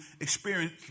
experience